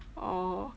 oh